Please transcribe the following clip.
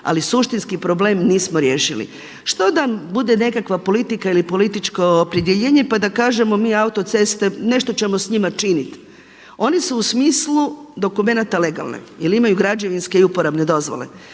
ali suštinski problem nismo riješili. Što da bude nekakva politika ili političko opredjeljenje pa da kažemo mi autoceste nešto ćemo s njima činiti. Oni su u smislu dokumenata legalne jer imaju građevinske i uporabne dozvole,